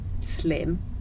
slim